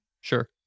Sure